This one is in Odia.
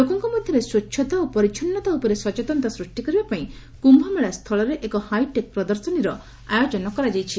ଲୋକଙ୍କ ମଧ୍ୟରେ ସ୍ୱଚ୍ଚତା ଓ ପରିଚ୍ଚନୃତା ଉପରେ ସଚେତନତା ସୃଷ୍ଟି କରିବା ପାଇଁ କ୍ୟୁମେଳା ସ୍ଥଳରେ ଏକ ହାଇଟେକ୍ ପ୍ରଦର୍ଶନୀର ଆୟୋଜନ କରାଯାଇଛି